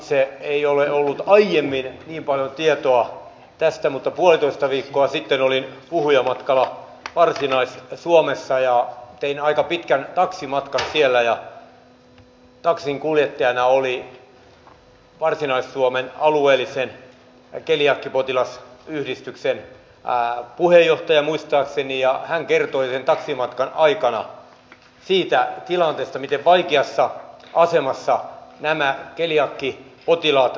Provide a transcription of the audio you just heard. itselläni ei ole ollut aiemmin niin paljon tietoa tästä mutta puolitoista viikkoa sitten olin puhujamatkalla varsinais suomessa ja tein aika pitkän taksimatkan siellä ja taksinkuljettajana oli varsinais suomen alueellisen keliakiapotilasyhdistyksen puheenjohtaja muistaakseni ja hän kertoi sen taksimatkan aikana siitä tilanteesta miten vaikeassa asemassa nämä keliakiapotilaat ovat